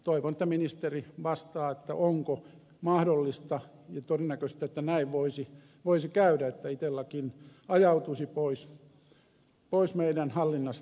toivon että ministeri vastaa onko mahdollista ja todennäköistä että näin voisi käydä että itellakin ajautuisi pois meidän hallinnastamme